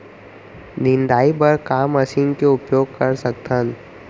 निंदाई बर का मशीन के उपयोग कर सकथन?